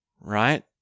right